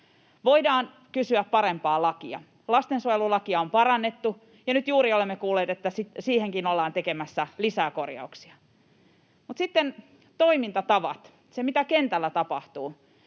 Voidaan kysyä parempaa lakia. Lastensuojelulakia on parannettu, ja nyt juuri olemme kuulleet, että siihenkin ollaan tekemässä lisää korjauksia. Mutta sitten toimintatavat, se, mitä kentällä tapahtuu: